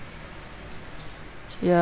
ya